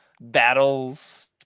battles